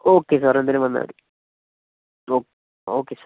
okay sir എന്തായാലും വന്നാൽ മതി ഓക്കെ ഓക്കെ സർ